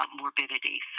morbidity